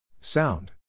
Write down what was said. Sound